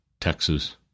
Texas